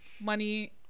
money